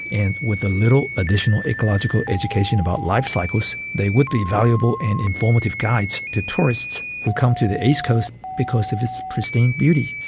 and with a little additional ecological education about life cycles they would be valuable and informative guides to tourists who come to the east coast because of its pristine beauty.